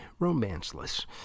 romanceless